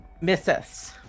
misses